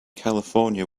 california